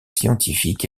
scientifiques